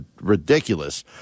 ridiculous